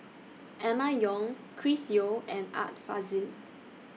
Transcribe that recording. Emma Yong Chris Yeo and Art Fazil